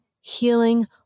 healing